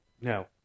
No